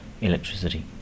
electricity